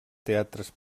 teatres